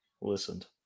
listened